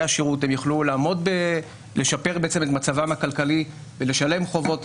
השירות הם יוכלו לשפר את מצבם הכלכלי ולשלם חובות,